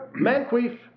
manqueef